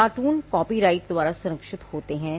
cartoon copyright द्वारा संरक्षित होते हैं